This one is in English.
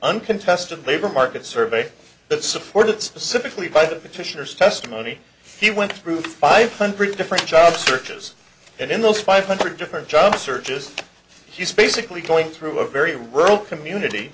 uncontested labor market survey that supported specifically by the petitioners testimony he went through five hundred different job searches and in those five hundred different job searches he's basically going through a very rural community